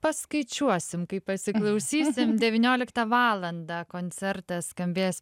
paskaičiuosim kai pasiklausysim devynioliktą valandą koncertas skambės